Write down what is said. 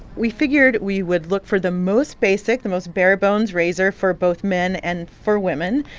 we figured we would look for the most basic, the most barebones razor for both men and for women,